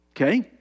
okay